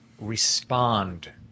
respond